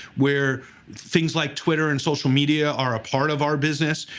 where things like twitter and social media are a part of our business.